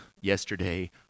yesterday